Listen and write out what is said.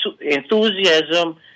enthusiasm